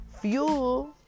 fuel